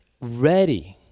ready